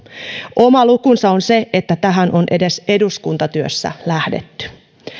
oma lukunsa on se että tähän edes on eduskuntatyössä lähdetty